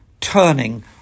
turning